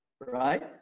Right